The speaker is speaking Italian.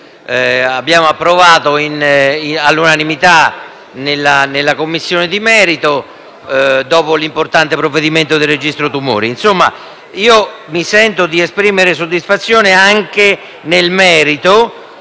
abbiamo approvato all'unanimità nella Commissione di merito, dopo l'importante provvedimento sul registro dei tumori. Mi sento di esprimere soddisfazione anche nel merito,